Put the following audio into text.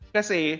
kasi